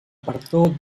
perdó